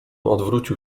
odwrócił